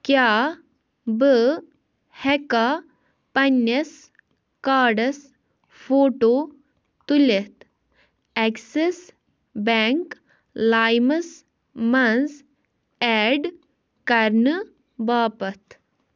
کیٛاہ بہٕ ہٮ۪کا پننِس کاڑس فوٹو تُلِتھ ایٚکسِس بیٚنٛک لایِمس منٛز ایڈ کرنہٕ باپتھ؟